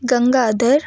Gangadhar